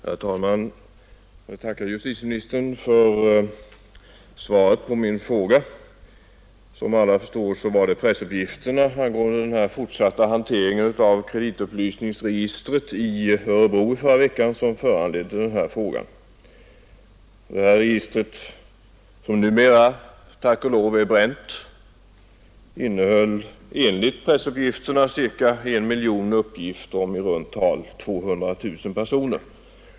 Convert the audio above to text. Herr talman! Jag tackar justitieministern för svaret på min fråga. Som alla förstår var det pressuppgifterna angående den fortsatta hanteringen av kreditupplysningsregistret i Örebro i förra veckan som föranlett frågan. Det här registret som numera, tack och lov, är bränt innehöll enligt pressen ca I miljon uppgifter om i runt tal 200 000 personer.